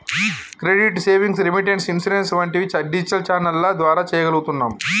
credit, savings, remittance, insurance వంటివి digital ఛానెల్ల ద్వారా చెయ్యగలుగుతున్నాం